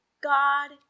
God